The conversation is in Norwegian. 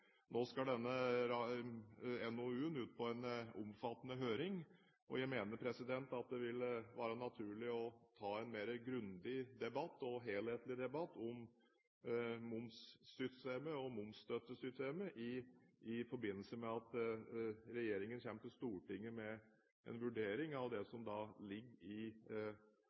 Nå skal denne NOU-en ut på en omfattende høring, og jeg mener at det vil være naturlig å ta en mer grundig og helhetlig debatt om momssystemet og mediestøttesystemet i forbindelse med at regjeringen kommer til Stortinget med en vurdering av det som ligger i